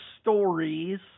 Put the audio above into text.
stories